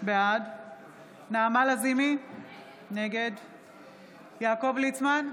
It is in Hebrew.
בעד נעמה לזימי, נגד יעקב ליצמן,